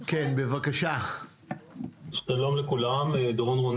רואה חשבון דורון רונן בזום.